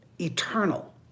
eternal